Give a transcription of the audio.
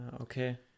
okay